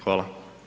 Hvala.